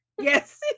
Yes